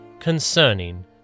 Concerning